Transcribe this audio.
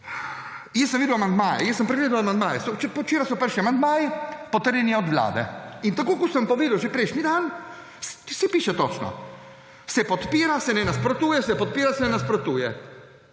Jaz sem videl amandmaje, sem pregledal amandmaje, včeraj so prišli amandmaji potrjeni od Vlade. In tako kot sem povedal že prejšnji dan, saj piše točno, se podpira, se ne nasprotuje, se podpira, se ne nasprotuje.